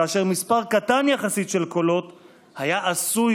כאשר מספר קטן יחסית של קולות היה עשוי